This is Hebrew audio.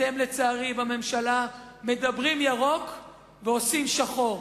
לצערי, אתם בממשלה מדברים ירוק ועושים שחור.